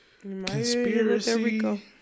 conspiracy